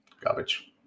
Garbage